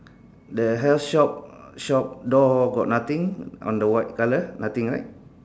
the health shop shop door got nothing on the white colour nothing right